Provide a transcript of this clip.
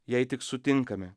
jei tik sutinkame